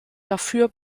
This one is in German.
dafür